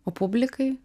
o publikai